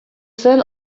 zen